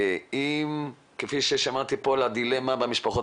ואם כפי ששמעתי פה על הדילמה במשפחות